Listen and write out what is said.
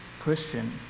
Christian